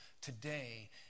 today